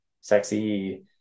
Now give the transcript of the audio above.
sexy